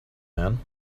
man